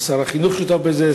ושר החינוך שותף בזה.